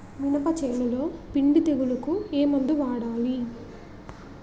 మినప చేనులో పిండి తెగులుకు ఏమందు వాడాలి?